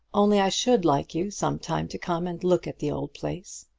only i should like you sometimes to come and look at the old place.